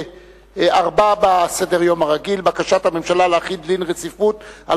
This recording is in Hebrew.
4 בסדר-היום הרגיל: בקשת הממשלה להחיל דין רציפות על